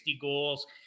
goals